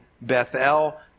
Bethel